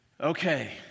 Okay